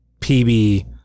PB